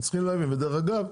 דרך אגב,